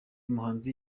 muhanzi